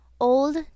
old